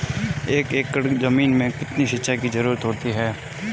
एक एकड़ ज़मीन में कितनी सिंचाई की ज़रुरत होती है?